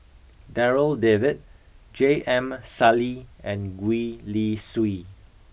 Darryl David J M Sali and Gwee Li Sui